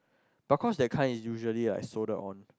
but cause that kind is usually like soldiered on